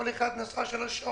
כל אחד נסע שלוש שעות